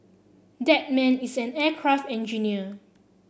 that man is an aircraft engineer